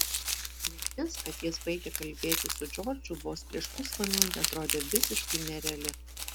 mintis kad jis baigė kalbėti su džordžu vos prieš pusvalandį atrodė visiškai nereali